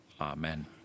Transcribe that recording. Amen